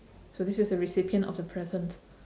so this is a recipient of the present